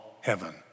heaven